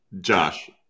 Josh